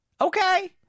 Okay